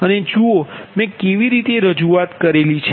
અને જુઓ મે કેવી રીતે રજૂઆત કરેલી છે